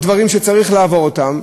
או דברים שצריך לעבור אותם,